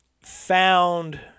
found